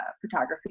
photography